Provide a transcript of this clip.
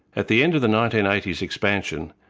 at the end of the nineteen eighty s expansion,